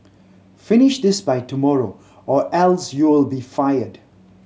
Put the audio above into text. finish this by tomorrow or else you'll be fired